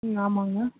ம் ஆமாங்க